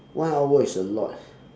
one hour is a lot